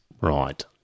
Right